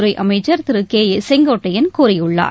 துறை அமைச்சர் Thiru K A Sengottaiyan கூறியுள்ளார்